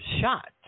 shot